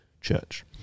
church